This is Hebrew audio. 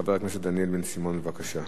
חבר הכנסת דניאל בן-סימון, בבקשה.